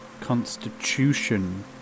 constitution